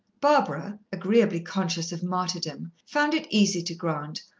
barbara, agreeably conscious of martyrdom, found it easy to grant,